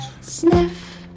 Sniff